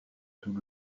sous